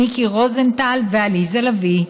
מיקי רוזנטל ועליזה לביא.